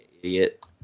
Idiot